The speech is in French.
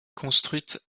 construite